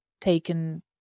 taken